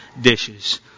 dishes